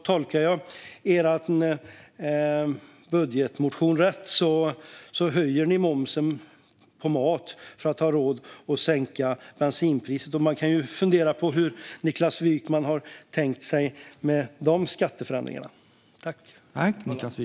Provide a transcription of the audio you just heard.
Tolkar jag er budgetmotion rätt höjer ni momsen på mat för att ha råd att sänka bensinpriset. Man kan fundera på hur Niklas Wykman har tänkt kring dessa skatteförändringar.